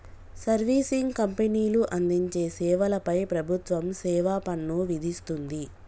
servicing కంపెనీలు అందించే సేవల పై ప్రభుత్వం సేవాపన్ను విధిస్తుంది